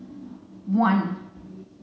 one